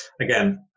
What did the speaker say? Again